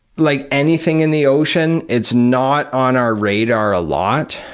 like anything in the ocean, it's not on our radar a lot.